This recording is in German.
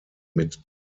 mit